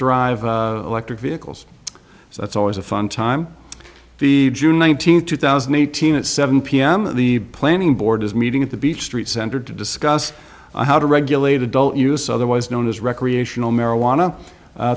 drive electric vehicles so it's always a fun time the june nineteenth two thousand and eighteen at seven pm the planning board is meeting at the beach street center to discuss how to regulate adult use otherwise known as recreational marijuana